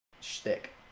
shtick